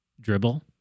dribble